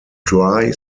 dry